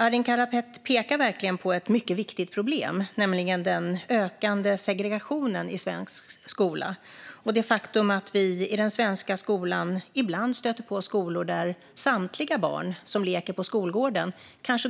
Arin Karapet pekar verkligen på ett mycket viktigt problem, nämligen den ökande segregationen i svensk skola och det faktum att vi ibland stöter på skolor där samtliga barn som leker på skolgården